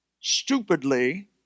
stupidly